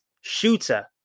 shooter